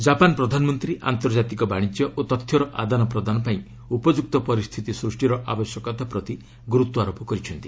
Japan ପ୍ରଧାନମନ୍ତ୍ରୀ ଆନ୍ତର୍ଜାତିକ ବାଶିକ୍ୟ ଓ ତଥ୍ୟର ଆଦାନପ୍ରଦାନ ପାଇଁ ଉପଯୁକ୍ତ ପରିସ୍ଥିତି ସ୍ପଷ୍ଟିର ଆବଶ୍ୟକତା ପ୍ରତି ଗୁରୁତ୍ୱାରୋପ କରିଛନ୍ତି